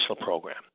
program